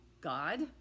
God